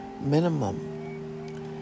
minimum